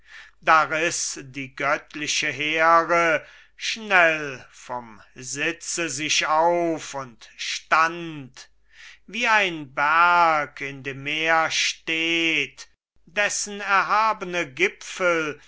da riß die göttliche here schnell vom sitze sich auf und stand wie ein berg in dem meer steht dessen erhabene gipfel